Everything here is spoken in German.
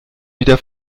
wieder